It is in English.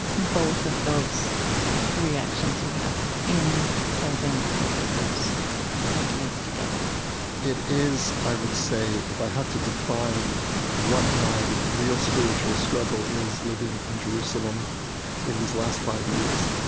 both of those reactions you have in holding both of those ideas together it is, i would say, if i had to define what my real spiritual struggle is living in jerusalem in these last five years,